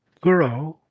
guru